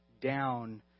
down